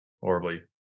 horribly